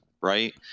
right